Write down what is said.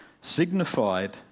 signified